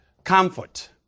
Comfort